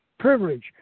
privilege